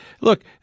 Look